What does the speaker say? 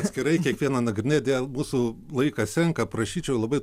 atskirai kiekvieną nagrinėti mūsų laikas senka prašyčiau labai